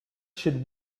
should